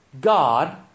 God